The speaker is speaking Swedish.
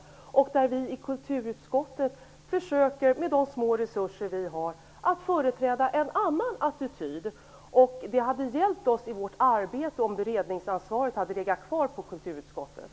Vi i kulturutskottet försöker, med de små resurser som vi har, att företräda en annan attityd. Det skulle ha hjälpt oss i vårt arbete om beredningsansvaret hade fått ligga kvar i kulturutskottet.